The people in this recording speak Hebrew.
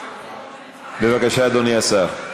בבקשה, אדוני השר.